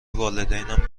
والدینم